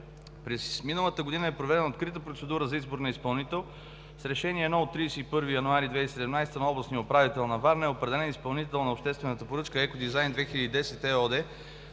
През изминалата година е проведена открита процедура за избор на изпълнител с Решение № 1 от 31 януари 2017 г. на областния управител на Варна и е определен изпълнител на обществената поръчка „Еко Дизайн 2010“ ЕООД